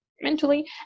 mentally